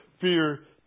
Fear